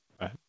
right